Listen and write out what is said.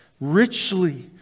richly